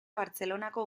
bartzelonako